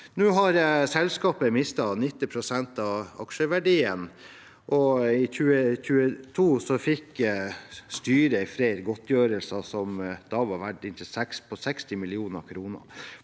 Nå har selskapet mistet 90 pst. av aksjeverdien, og i 2022 fikk styret i Freyr godtgjørelser som da var verdt innpå 60 mill. kr.